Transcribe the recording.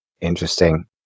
Interesting